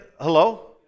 hello